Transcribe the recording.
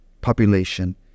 population